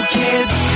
kids